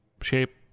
shape